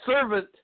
servant